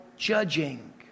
judging